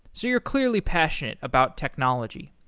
so you're clearly passionate about technology.